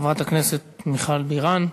חברת הכנסת מיכל בירן.